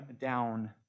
down